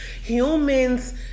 Humans